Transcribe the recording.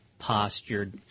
postured